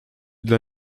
dla